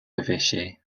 évêchés